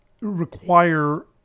require